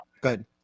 good